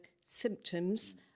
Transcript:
symptoms